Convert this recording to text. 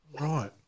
Right